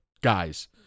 guys